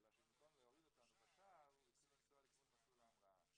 אלא שבמקום להוריד אותנו בשער הוא התחיל לנסוע לכיוון מסלול ההמראה.